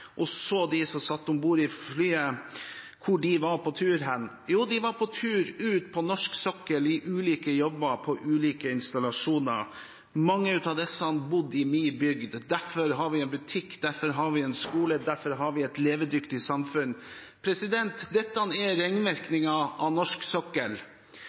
og så dem som satt om bord i flyet: Hvor var de på tur? Jo, de var på tur ut til norsk sokkel, i ulike jobber på ulike installasjoner. Mange av disse bor i min bygd. Derfor har vi en butikk, derfor har vi en skole, derfor har vi et levedyktig samfunn. Dette er ringvirkninger av norsk sokkel,